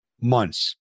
months